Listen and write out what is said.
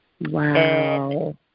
Wow